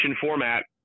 format